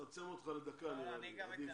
מעולה.